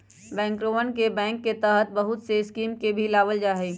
बैंकरवन बैंक के तहत बहुत से स्कीम के भी लावल जाहई